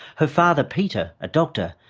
her father peter, a doctor,